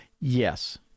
yes